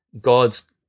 God's